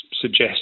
suggest